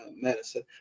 medicine